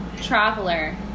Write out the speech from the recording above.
Traveler